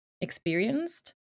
experienced